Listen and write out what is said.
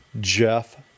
jeff